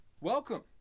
Welcome